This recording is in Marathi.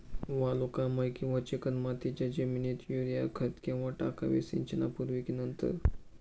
वालुकामय किंवा चिकणमातीच्या जमिनीत युरिया खत केव्हा टाकावे, सिंचनापूर्वी की नंतर?